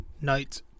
night